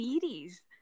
series